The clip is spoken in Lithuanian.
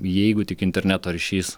jeigu tik interneto ryšys